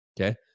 okay